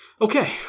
Okay